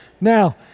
now